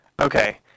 Okay